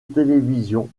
télévision